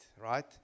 right